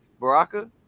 baraka